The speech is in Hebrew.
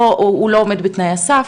הוא לא עומד בתנאי הסף,